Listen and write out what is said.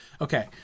Okay